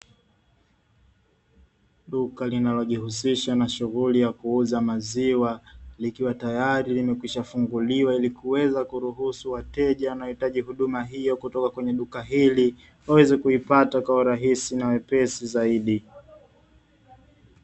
Duka linalojihusisha na shughuli ya kuuza maziwa likiwa teyari limekwisha funguliwa, ili kuweza kuruhusu wateja wanaohitaji huduma hii au kutoka kwenye duka hili waweze kuipata kwa urahisi na uwepesi zaidi.